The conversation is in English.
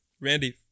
Randy